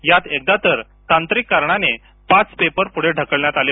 यात एकदा तांत्रिक कारणाने पाच पेपर पुढे ढकलण्यात आले